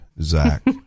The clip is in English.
Zach